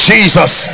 Jesus